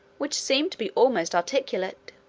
which seemed to be almost articulate.